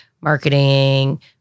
marketing